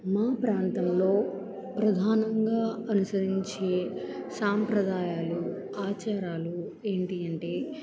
మా ప్రాంతంలో ప్రధానంగా అనుసరించే సాంప్రదాయాలు ఆచారాలు ఏంటి అంటే